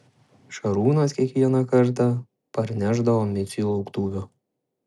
šarūnas kiekvieną kartą parnešdavo miciui lauktuvių